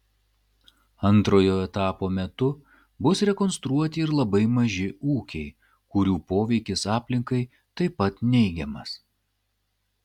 antrojo etapo metu bus rekonstruoti ir labai maži ūkiai kurių poveikis aplinkai taip pat neigiamas